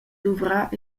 luvrar